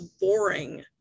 boring